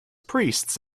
priests